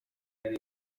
kandi